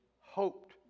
hoped